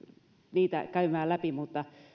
niitä käymään läpi mutta